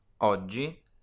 Oggi